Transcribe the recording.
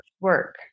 work